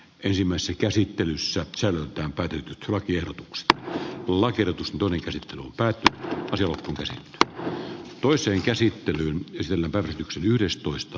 ensimmäisessä käsittelyssä selkään päätetyt lakiehdotukset lakertusta tulisi nyt kaikki johtuuko se että toiseen käsittelyyn sillä ennalta ehkäisemiseksi